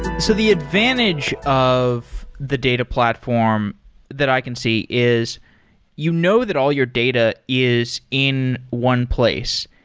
so the advantage of the data platform that i can see is you know that all your data is in one place.